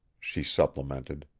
she supplemented.